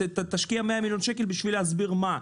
תשקיע 100 מיליון שקל בשביל להסביר מה?